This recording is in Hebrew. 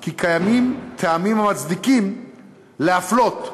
כי קיימים טעמים המצדיקים להפלות,